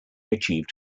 achieved